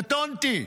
קטונתי.